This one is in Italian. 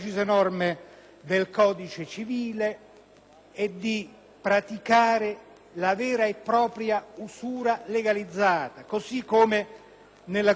Grazie,